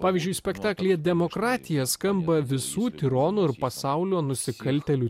pavyzdžiui spektaklyje demokratija skamba visų tironų ir pasaulio nusikaltėlių